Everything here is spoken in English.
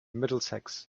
middlesex